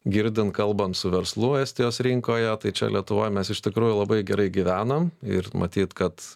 girdim kalbam su verslu estijos rinkoje tai čia lietuvoj mes iš tikrųjų labai gerai gyvenam ir matyt kad